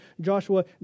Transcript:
Joshua